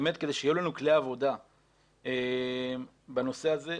באמת כדי שיהיו לנו כלי עבודה בנושא הזה,